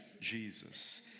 Jesus